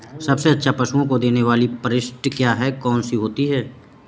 सबसे अच्छा पशुओं को देने वाली परिशिष्ट क्या है? कौन सी होती है?